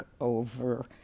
over